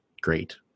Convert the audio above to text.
great